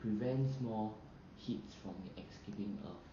prevents more heat from escaping earth